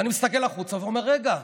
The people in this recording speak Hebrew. ואני מסתכל החוצה ואומר: רגע,